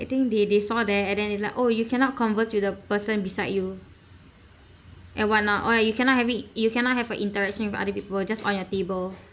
I think they they saw that and then is like oh you cannot converse with the person beside you and what not oh you cannot have it you cannot have a interaction with other people just on your table